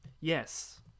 Yes